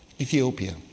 Ethiopia